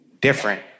different